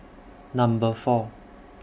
Number four